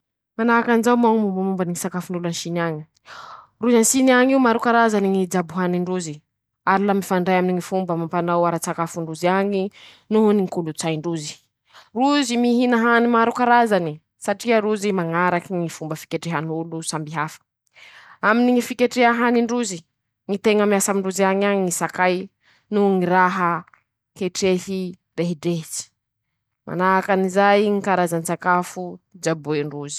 Manahaky anizao moa ñy mombamomba ñy sakafon'olo a chine añy: Rozy a chine añy io ,maro karazany ñy jabo hanin-drozy ary la mifandray aminy ñy fomba amam-panao ara-tsakafon-drozy añe noho ñy kolotsain-drozy ;rozy mihina hany maro karazany ,satria rozy mañaraky ñy fomba fiketrehan'olo samby hafa; aminy ñy fiketreha hanin-drozy, ñy tena miasa amindrozy añy añy ñy sakay noho ñy raha ketrehy rehidrehitsy, manahaky anizay ñy karazan-tsakafo jaboen-drozy.